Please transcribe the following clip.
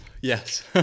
Yes